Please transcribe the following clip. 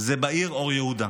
זה בעיר אור יהודה.